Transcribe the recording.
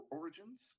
origins